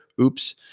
oops